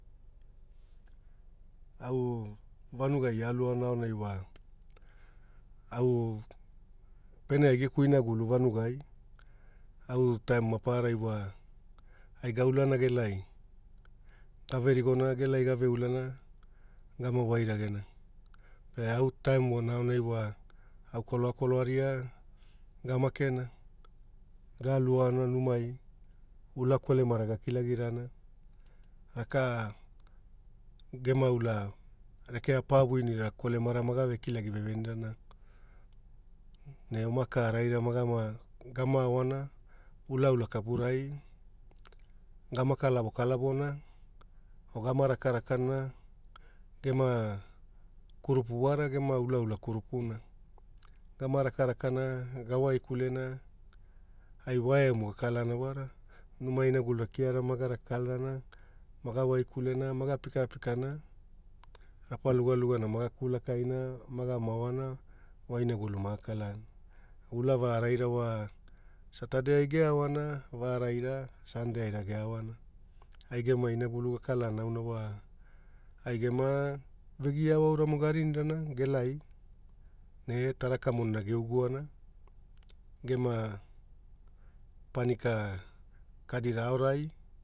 Au vanugai aluaona wa, au pene ai geku inagulu vanugai au taim maparara wa ai gaulana gelai, ave rigona gelai gave ulana gama wai ragena, pe au taim voona aonai wa au koloakoloa ria gamakena, gulu aona numai ula kolamara gakilagirana raka gema ula rekea pa winira kolemara ma kilagi vevenirana ne oma kara gamaoana ulaula kapurai gama kalavo kalavona o gama rakarakana gema kurupu wara gema ulaula kurupuna. Gema rakarakana gawaikulena ai wae aumo gakalana wara, numa inagulura ma raka kularana maga waikulena maga pikapikana rapa lugalugana maa kulkaina maga mao oana vo inagulu makala ana. Wa va raira wa satadei geaoana veraia sundei aira geaoana. Ai gema inagulu akalana aina wa ai gema vegiao aura mo garinigana gelai ne taraka monina geuguona genia panika kadira aorai